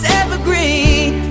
evergreen